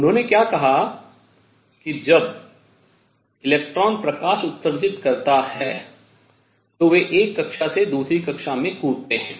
उन्होंने क्या कहा कि जब इलेक्ट्रॉन प्रकाश उत्सर्जित करते हैं तो वे एक कक्षा से दूसरी कक्षा में कूदते हैं